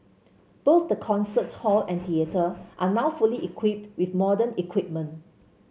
both the concert hall and theatre are now fully equipped with modern equipment